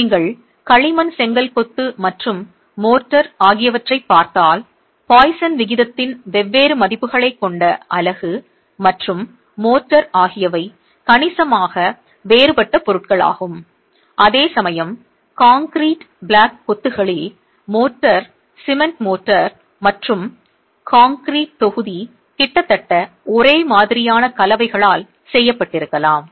நீங்கள் களிமண் செங்கல் கொத்து மற்றும் மோர்டார் ஆகியவற்றைப் பார்த்தால் பாய்சன் விகிதத்தின் Poisson's ratio வெவ்வேறு மதிப்புகளைக் கொண்ட அலகு மற்றும் மோர்டார் ஆகியவை கணிசமாக வேறுபட்ட பொருட்களாகும் அதே சமயம் கான்கிரீட் பிளாக் கொத்துகளில் மோர்டார் சிமென்ட் மோர்டார் மற்றும் கான்கிரீட் தொகுதி கிட்டத்தட்ட ஒரே மாதிரியான கலவைகளால் செய்யப்பட்டிருக்கலாம்